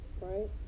Right